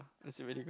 was it really good